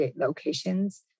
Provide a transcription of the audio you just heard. locations